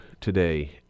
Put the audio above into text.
today